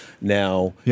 now